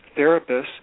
therapists